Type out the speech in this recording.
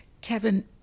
Kevin